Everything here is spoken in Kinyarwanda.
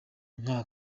nka